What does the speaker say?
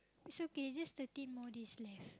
it's okay just thirteen more days left